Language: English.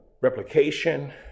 Replication